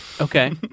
Okay